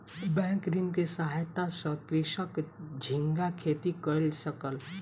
bank ऋण के सहायता सॅ कृषक झींगा खेती कय सकल